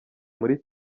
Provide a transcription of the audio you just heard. muri